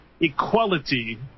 equality